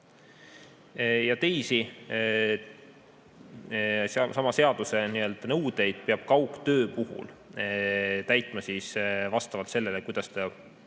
Teisi sama seaduse nõudeid peab kaugtöö puhul täitma vastavalt sellele, kuidas on